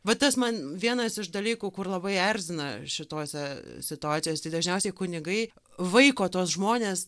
va tas man vienas iš dalykų kur labai erzina šitose situacijose dažniausiai kunigai vaiko tuos žmones